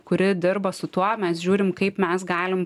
kuri dirba su tuo mes žiūrim kaip mes galim